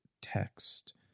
text